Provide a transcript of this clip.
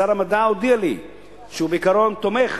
שר המדע הודיע לי שהוא בעיקרון תומך